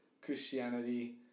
Christianity